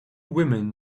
women